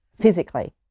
physically